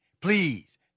Please